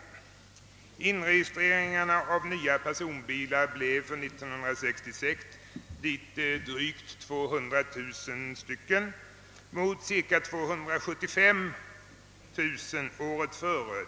Antalet inregistreringar av nya personbilar var under år 1966 drygt 200 000 mot runt 275 000 året dessförinnan.